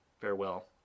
farewell